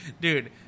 dude